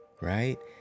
right